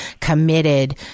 committed